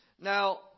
Now